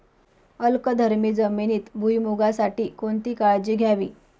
अल्कधर्मी जमिनीत भुईमूगासाठी कोणती काळजी घ्यावी?